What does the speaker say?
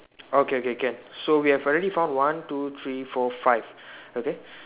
okay okay can so we have already found one two three four five okay